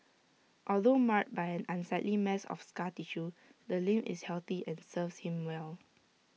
although marred by an unsightly mass of scar tissue the limb is healthy and serves him well